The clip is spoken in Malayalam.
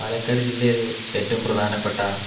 പാലക്കാട് ജില്ലയിലെ ഏറ്റവും പ്രധാനപ്പെട്ട